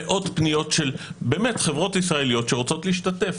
מאות פניות של חברות ישראליות שרוצות להשתתף.